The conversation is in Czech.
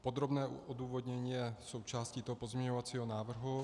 Podrobné odůvodnění je součástí toho pozměňovacího návrhu.